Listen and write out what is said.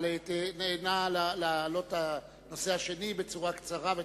אבל נא להעלות את הנושא השני בצורה קצרה ותמציתית.